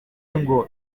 ngo